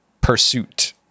Pursuit